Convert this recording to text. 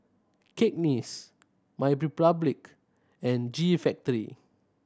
Cakenis MyRepublic and G Factory